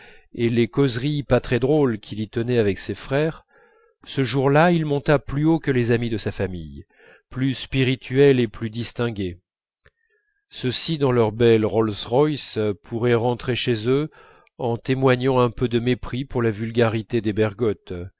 et les causeries pas très drôles qu'il y tenait avec ses frères ce jour-là il monta plus haut que les amis de sa famille plus spirituels et plus distingués ceux-ci dans leurs belles rolls royce pourraient rentrer chez eux en témoignant un peu de mépris pour la vulgarité des